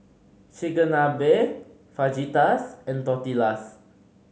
Chigenabe Fajitas and Tortillas